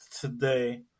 today